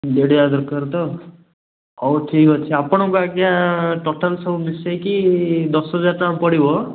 video ଦରକାର ତ ହଉ ଠିକ୍ ଅଛି ଆପଣଙ୍କୁ ଆଜ୍ଞା ଟୋଟାଲ୍ ସବୁ ମିଶେଇକି ଦଶହଜାର ଟଙ୍କା ପଡ଼ିବ